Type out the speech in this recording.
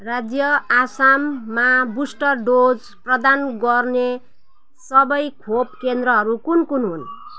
राज्य आसाममा booster dose प्रदान गर्ने सबै खोप केन्द्रहरू कुन कुन हुन्